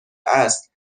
است